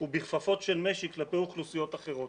ובכפפות של משי כלפי אוכלוסיות אחרות.